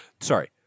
sorry